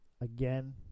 again